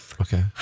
okay